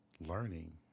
learning